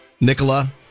Nicola